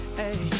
hey